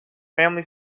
family